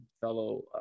fellow